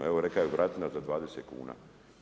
Evo, rekao je vratina za 20 kuna.